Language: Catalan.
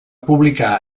publicar